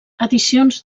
edicions